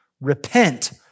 Repent